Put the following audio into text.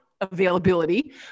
availability